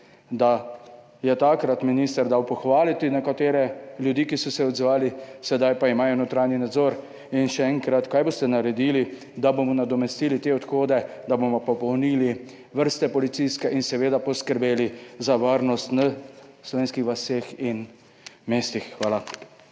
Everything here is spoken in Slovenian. da je takrat minister dal pohvaliti nekatere ljudi, ki so se odzvali, sedaj pa imajo notranji nadzor. Zanima me: Kaj boste naredili, da bomo nadomestili te odhode, da bomo popolnili policijske vrste in poskrbeli za varnost v slovenskih vaseh in mestih? Hvala.